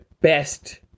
best